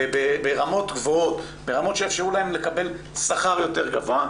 ברמות גבוהות, שיאפשרו להן לקבל שכר יותר גבוה'.